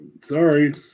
Sorry